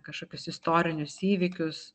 kažkokius istorinius įvykius